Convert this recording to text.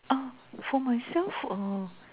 ah for myself uh